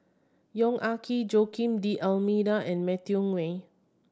Yong Ah Kee Joaquim D'Almeida and Matthew